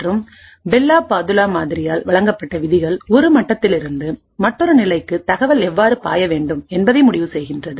மற்றும் Bell La Padula மாதிரியால் வழங்கப்பட்ட விதிகள் ஒரு மட்டத்திலிருந்து மற்றொரு நிலைக்கு தகவல் எவ்வாறு பாய வேண்டும் என்பதை முடிவு செய்கின்றது